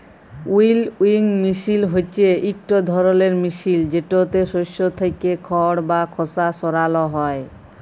উইলউইং মিশিল হছে ইকট ধরলের মিশিল যেটতে শস্য থ্যাইকে খড় বা খসা সরাল হ্যয়